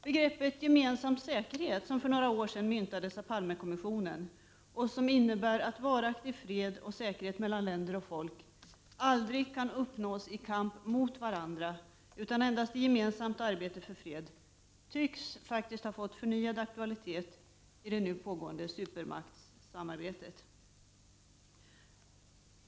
Begreppet ”gemensam säkerhet”, som för några år sedan myntades av Palmekommissionen och som innebär att varaktig fred och säkerhet mellan länder och folk aldrig kan uppnås i kamp mot varandra utan endast i gemensamt arbete för fred, tycks ha fått förnyad aktualitet i det nu pågående supermaktsamarbetet.